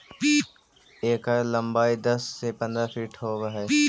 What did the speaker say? एकर लंबाई दस से पंद्रह फीट होब हई